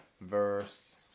verse